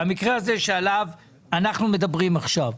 במקרה הזה שעליו אנחנו מדברים עכשיו,